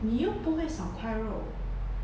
你又不会少块肉